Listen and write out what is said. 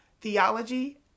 theology